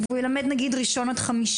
הוא לא ילמד, נניח, מראשון עד חמישי.